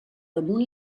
damunt